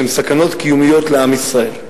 שהם סכנות קיומיות לעם ישראל.